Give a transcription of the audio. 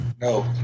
No